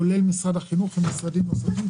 כולל משרד החינוך ומשרדים נוספים,